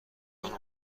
حالا